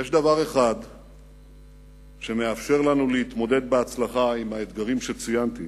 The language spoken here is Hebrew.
יש דבר אחד שמאפשר לנו להתמודד בהצלחה עם האתגרים שציינתי,